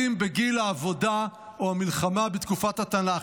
בגיל העבודה או המלחמה בתקופת התנ"ך.